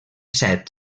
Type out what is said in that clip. set